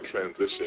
transition